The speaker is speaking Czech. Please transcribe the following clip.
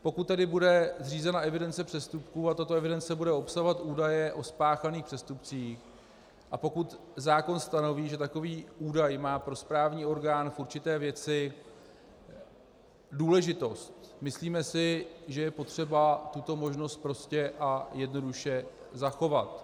Pokud tedy bude zřízena evidence přestupků a tato evidence bude obsahovat údaje o spáchaných přestupcích a pokud zákon stanoví, že takový údaj má pro správní orgán v určité věci důležitost, myslíme si, že je potřeba tuto možnost prostě a jednoduše zachovat.